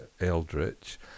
Eldritch